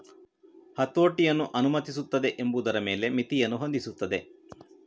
ಹತೋಟಿಯನ್ನು ಅನುಮತಿಸುತ್ತದೆ ಎಂಬುದರ ಮೇಲೆ ಮಿತಿಯನ್ನು ಹೊಂದಿಸುತ್ತದೆ